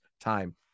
time